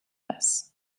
less